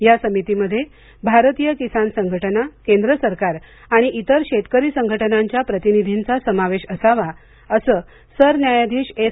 या समितीमध्ये भारतीय किसान संघटना केंद्र सरकार आणि इतर शेतकरी संघटनांच्या प्रतिनिधींचा समावेश असावा असं सरन्यायाधीश एस